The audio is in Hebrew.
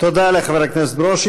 תודה לחבר הכנסת ברושי.